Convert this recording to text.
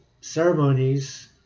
ceremonies